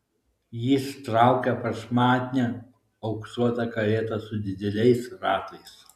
jis traukė prašmatnią auksuotą karietą su dideliais ratais